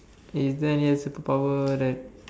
is there any super power that